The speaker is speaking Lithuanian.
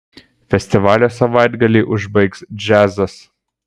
festivalio savaitgalį užbaigs džiazas